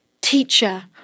Teacher